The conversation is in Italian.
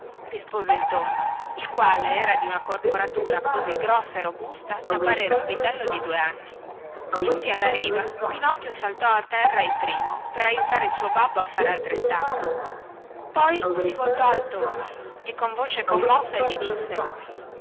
rispose il tonno il quale era di una corporatura così grossa e robusta da parere un vitello di due anni giunti alla riva pinocchio saltò a terra il primo per aiutare il suo babbo a fare altrettanto poi si voltò al tonno e con voce commossa gli disse